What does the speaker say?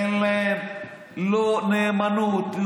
אין להם לא נאמנות,